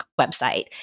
website